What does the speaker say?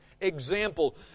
example